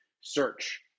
search